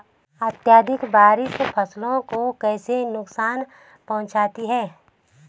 अत्यधिक बारिश फसल को कैसे नुकसान पहुंचाती है?